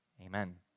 Amen